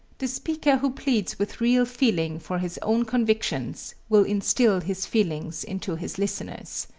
the speaker who pleads with real feeling for his own convictions will instill his feelings into his listeners.